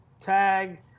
Tag